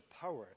power